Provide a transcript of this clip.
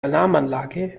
alarmanlage